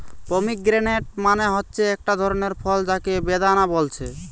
pomegranate মানে হচ্ছে একটা ধরণের ফল যাকে বেদানা বলছে